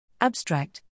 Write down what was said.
Abstract